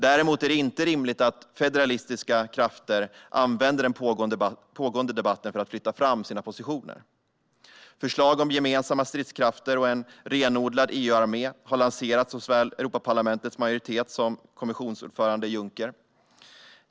Däremot är det inte rimligt att federalistiska krafter använder den pågående debatten för att flytta fram sina positioner. Förslag om gemensamma stridskrafter och en renodlad EU-armé har lanserats av såväl Europaparlamentets majoritet som kommissionsordförande Juncker.